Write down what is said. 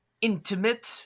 intimate